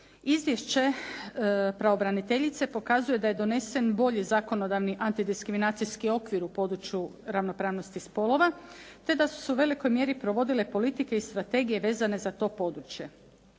Izvješće pravobraniteljice pokazuje da je donesen bolji zakonodavni antidiskriminacijski okvir u području ravnopravnosti spolova te da su se u velikoj mjeri provodile politike i strategije vezane za to područje.